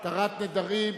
התרת נדרים,